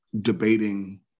debating